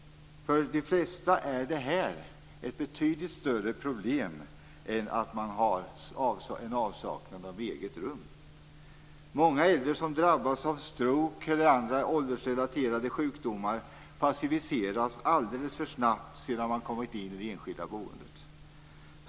För de flesta är detta ett betydligt större problem än avsaknaden av eget rum. Många äldre som drabbas av stroke eller andra åldersrelaterade sjukdomar passiviseras alldeles för snabbt sedan de kommit in i det enskilda boendet.